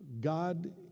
God